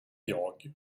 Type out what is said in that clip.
jag